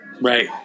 Right